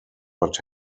but